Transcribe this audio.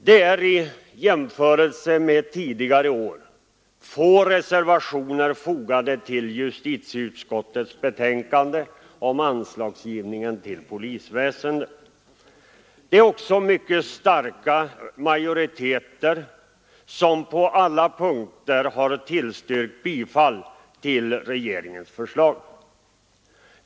Det är i jämförelse med tidigare år få reservationer fogade till justitieutskottets betänkande om anslagsgivningen till polisväsendet. Det är också mycket starka majoriteter som på alla punkter har tillstyrkt bifall till regeringens förslag.